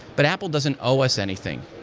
but apple doesn't owe us anything.